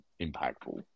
impactful